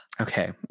Okay